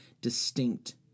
distinct